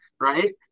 right